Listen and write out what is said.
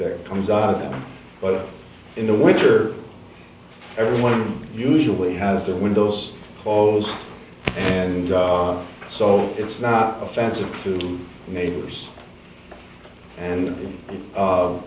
that comes out of them but in the winter everyone usually has their windows closed and so it's not offensive to the neighbors and